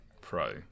Pro